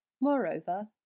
Moreover